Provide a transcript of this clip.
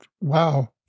wow